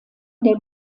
der